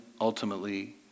ultimately